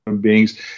beings